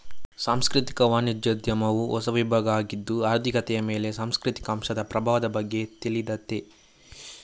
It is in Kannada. ಸಾಂಸ್ಕೃತಿಕ ವಾಣಿಜ್ಯೋದ್ಯಮವು ಹೊಸ ವಿಭಾಗ ಆಗಿದ್ದು ಆರ್ಥಿಕತೆಯ ಮೇಲೆ ಸಾಂಸ್ಕೃತಿಕ ಅಂಶದ ಪ್ರಭಾವದ ಬಗ್ಗೆ ತಿಳೀತದೆ